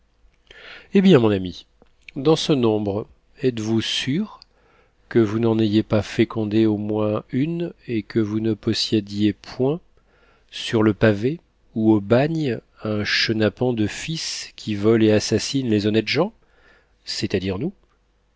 eh bien mon ami dans ce nombre êtes-vous sûr que vous n'en ayez pas fécondé au moins une et que vous ne possédiez point sur le pavé ou au bagne un chenapan de fils qui vole et assassine les honnêtes gens c'est-à-dire nous